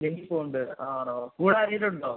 ഞെങ്ങി പോകുന്നുണ്ട് ആണോ കൂടെ ആരെങ്കിലും ഉണ്ടോ